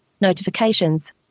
Notifications